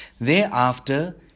Thereafter